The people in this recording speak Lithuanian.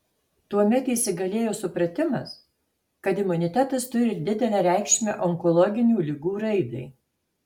tuomet įsigalėjo supratimas kad imunitetas turi didelę reikšmę onkologinių ligų raidai